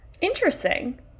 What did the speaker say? Interesting